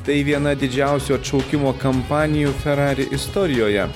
tai viena didžiausių atšaukimo kampanijų ferrari istorijoje